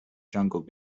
jungle